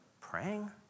praying